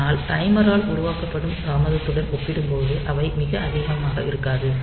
ஆனால் டைமரால் உருவாக்கப்படும் தாமதத்துடன் ஒப்பிடும்போது அவை மிக அதிகமாக இருக்காது